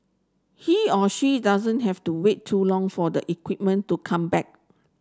he or she doesn't have to wait too long for the equipment to come back